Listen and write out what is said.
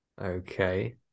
Okay